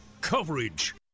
coverage